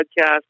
podcast